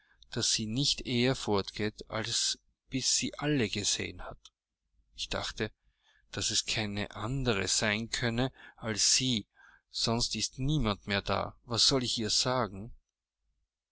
daß sie nicht eher fortgeht als bis sie alle gesehen hat ich dachte daß es keine andere sein könne als sie sonst ist niemand mehr da was soll ich ihr sagen